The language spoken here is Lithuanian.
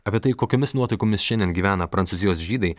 apie tai kokiomis nuotaikomis šiandien gyvena prancūzijos žydai